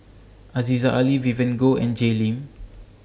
Aziza Ali Vivien Goh and Jay Lim